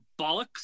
bollocks